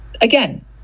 again